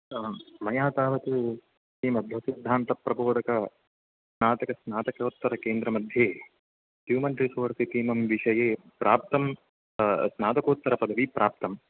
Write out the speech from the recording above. मया तावत् श्रीमद्वसिधान्तप्रबोदक स्नातक स्नातकोत्तर केन्द्रमध्ये ह्युमन् रिसोर्स् इति इमं विषये प्राप्तं स्नातकोत्तरपदवी प्राप्तं